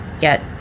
get